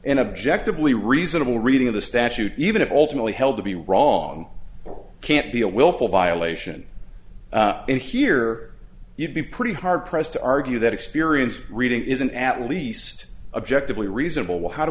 an objective lea reasonable reading of the statute even if alternately held to be wrong or can't be a willful violation in here you'd be pretty hard pressed to argue that experience reading isn't at least objective a reasonable well how do